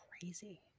crazy